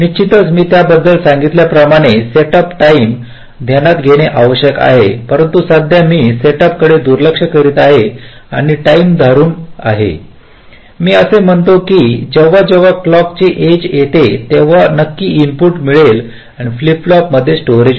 निश्चितच मी त्याबद्दल सांगितल्या प्रमाणे सेटअप आणि टाईम ध्यानात घेणे आवश्यक आहे परंतु सध्या मी सेटअप कडे दुर्लक्ष करीत आहे आणि काही टाईम धरुन आहे मी असे म्हणतो आहे की जेव्हा जेव्हा क्लॉकची एज येते तेव्हा नक्की इनपुट मिळेल फ्लिप फ्लॉप मध्ये स्टोरेज